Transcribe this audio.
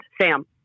Sam